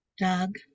Doug